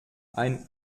ein